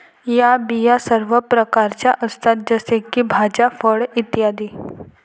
या बिया सर्व प्रकारच्या असतात जसे की भाज्या, फळे इ